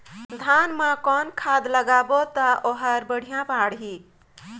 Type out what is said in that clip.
धान मा कौन खाद लगाबो ता ओहार बेडिया बाणही?